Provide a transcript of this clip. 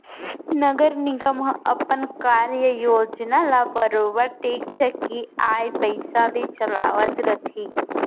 नगर निगम ह अपन कार्य योजना ल बरोबर टेक्स के आय पइसा ले चलावत रथे